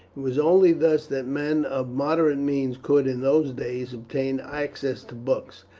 it was only thus that men of moderate means could in those days obtain access to books,